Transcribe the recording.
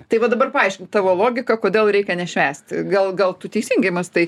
tai va dabar paaiškink tavo logiką kodėl reikia nešvęsti gal gal tu teisingai mąstai